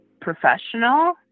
professional